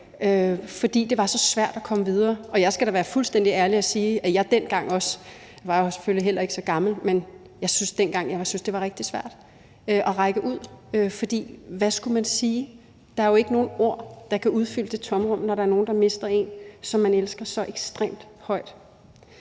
fordi det var så svært at komme videre. Jeg skal da være fuldstændig ærlig at sige, at jeg dengang også, nu var jeg selvfølgelig heller ikke så gammel, syntes, det var rigtig svært at række ud, for hvad skulle man sige? Der er jo ikke nogen ord, der kan udfylde det tomrum, når nogen mister en, de elsker så ekstremt højt.